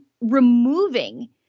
removing